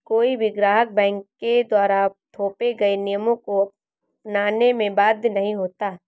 कोई भी ग्राहक बैंक के द्वारा थोपे गये नियमों को अपनाने में बाध्य नहीं होता